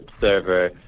server